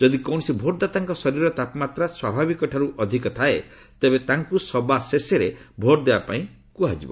ଯଦି କୌଣସି ଭୋଟ୍ଦାତାଙ୍କ ଶରୀରର ତାପମାତ୍ରା ସ୍ୱାଭାବିକଠାରୁ ଅଧିକ ଥାଏ ତେବେ ତାଙ୍କୁ ସବାଶେଷରେ ଭୋଟ୍ ଦେବା ପାଇଁ କୁହାଯିବ